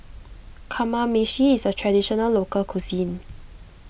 Kamameshi is a Traditional Local Cuisine